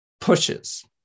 pushes